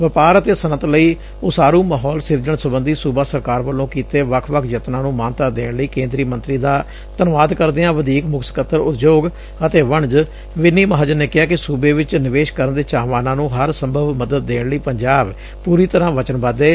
ਵਪਾਰ ਅਤੇ ਸਨਅਤ ਲਈ ਉਸਾਰੁ ਮਾਹੌਲ ਸਿਰਜਣ ਸਬੰਧੀ ਸੁਬਾ ਸਰਕਾਰ ਵੱਲੋਂ ਕੀਤੇ ਵੱਖ ਵੱਖ ਯਤਨਾਂ ਨੂੰ ਮਾਨਤਾ ਦੇਣ ਲਈ ਕੇਂਦਰੀ ਮੰਤਰੀ ਦਾ ਧੰਨਵਾਦ ਕਰਦਿਆਂ ਵੋਧੀਕ ਮੁੱਖ ਸਕੱਤਰ ਉਦਯੋਗ ਅਤੇ ਵਣਜ ਵਿੱਨੀ ਮਹਾਜਨ ਨੇ ਕਿਹਾ ਕਿ ਸੁਬੇ ਵਿੱਚ ਨਿਵੇਸ਼ ਕਰਨ ਦੇ ਚਾਹਵਾਨਾਂ ਨੂੰ ਹਰ ਸੰਭਵ ਮੱਦਦ ਦੇਣ ਲਈ ਪੰਜਾਬ ਪੂਰੀ ਤਰਾਂ ਵਚਨਬੱਧ ਏ